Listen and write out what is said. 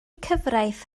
cyfraith